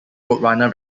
roadrunner